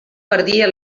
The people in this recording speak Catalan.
perdia